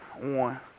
one